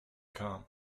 com